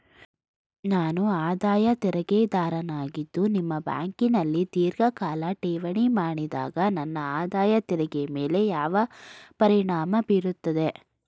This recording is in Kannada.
ನಾನು ಆದಾಯ ತೆರಿಗೆದಾರನಾಗಿದ್ದು ನಿಮ್ಮ ಬ್ಯಾಂಕಿನಲ್ಲಿ ಧೀರ್ಘಕಾಲ ಠೇವಣಿ ಮಾಡಿದಾಗ ನನ್ನ ಆದಾಯ ತೆರಿಗೆ ಮೇಲೆ ಯಾವ ಪರಿಣಾಮ ಬೀರುತ್ತದೆ?